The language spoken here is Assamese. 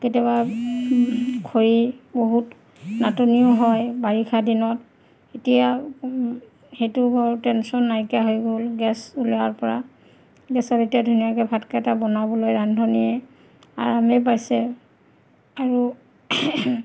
কেতিয়াবা খৰি বহুত নাটনিও হয় বাৰিষা দিনত এতিয়া বাৰু টেনশ্য়ন নাইকিয়া হৈ গ'ল গেছ ওলোৱাৰ পৰা গেছত এতিয়া ধুনীয়াকৈ ভাতকেইটা বনাবলৈ ৰান্ধনিয়ে আৰামেই পাইছে আৰু